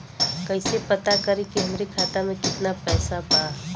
कइसे पता करि कि हमरे खाता मे कितना पैसा बा?